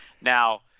Now